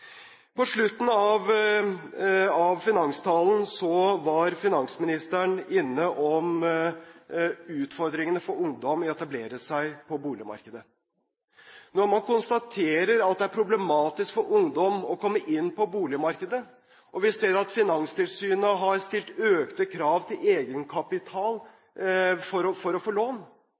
På slutten av finanstalen var finansministeren innom utfordringene for ungdom ved å etablere seg på boligmarkedet. Når man konstaterer at det er problematisk for ungdom å komme inn på boligmarkedet, og vi ser at Finanstilsynet har stilt økte krav til egenkapital for å få lån, bør vi som politikere svare på den utfordringen både ved å